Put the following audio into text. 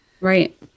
Right